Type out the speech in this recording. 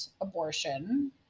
abortion